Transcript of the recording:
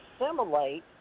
assimilate